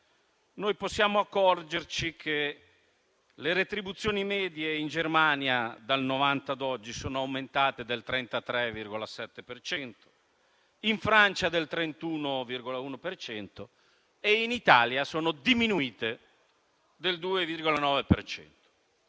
noi possiamo accorgerci che le retribuzioni medie in Germania dal Novanta ad oggi sono aumentate del 33,7 per cento, in Francia del 31,1 per cento e in Italia sono diminuite del 2,9